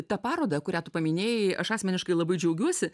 ta paroda kurią tu paminėjai aš asmeniškai labai džiaugiuosi